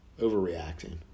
overreacting